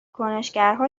کنشگرها